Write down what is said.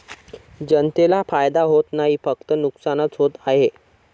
जनतेला फायदा होत नाही, फक्त नुकसानच होत आहे